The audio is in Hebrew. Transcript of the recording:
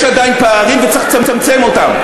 יש עדיין פערים וצריך לצמצם אותם,